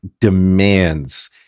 demands